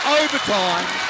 overtime